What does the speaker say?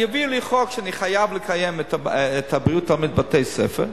יביאו לי חוק שאני חייב לקיים את בריאות התלמיד בבתי-ספר.